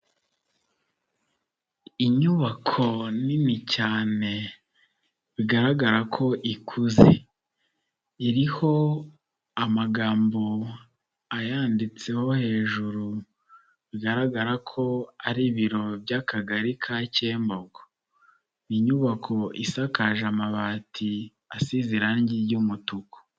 Inyubako nini cyane bigaragara ko ikuze, iriho amagambo ayanditseho hejuru bigaragara ko ari Ibiro by'Akagari ka Cyembogo, ni inyubako isakaje amabati asize irangi ry'umutuku.